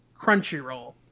Crunchyroll